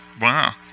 Wow